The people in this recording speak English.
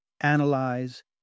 analyze